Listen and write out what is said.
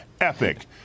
epic